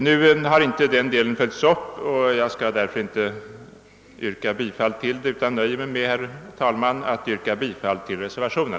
Den delen av motionen har emellertid inte följts upp i reservationen, och jag skall därför inte yrka bifall till den. Jag nöjer mig, herr talman, med att yrka bifall till reservationen.